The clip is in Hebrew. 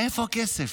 מאיפה הכסף?